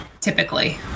typically